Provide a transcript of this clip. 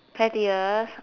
pettiest